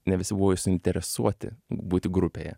ne visi buvo ir suinteresuoti būti grupėje